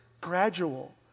gradual